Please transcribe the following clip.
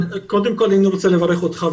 קודם כל אני רוצה לברך אותך,